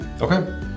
Okay